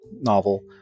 novel